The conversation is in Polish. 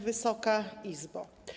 Wysoka Izbo!